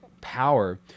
power